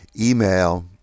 email